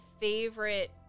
favorite